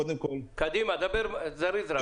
קדימה, דבר זריז.